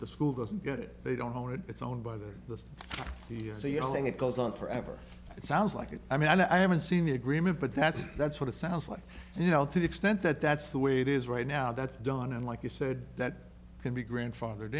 the school doesn't get it they don't own it it's owned by the c s a yelling it goes on forever it sounds like it i mean i haven't seen the agreement but that's that's what it sounds like you know to the extent that that's the way it is right now that's done and like you said that can be grandfathered